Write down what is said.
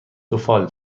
سفال